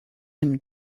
him